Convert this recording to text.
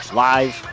live